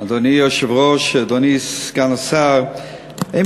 אדוני היושב-ראש, אדוני סגן השר, א.